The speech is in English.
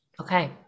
okay